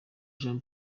jean